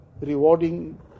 rewarding